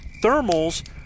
Thermals